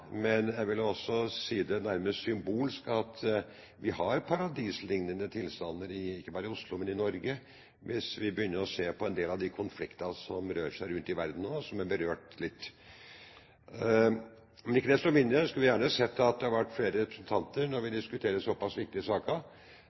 men jeg vil også si det nærmest symbolsk at vi har paradisliknende tilstander ikke bare i Oslo, men i Norge når vi begynner å se på en del av de konfliktene som rører seg rundt i verden nå, og som er berørt litt her. Ikke desto mindre – jeg skulle gjerne sett at det hadde vært flere representanter i salen når vi diskuterte så pass viktige saker.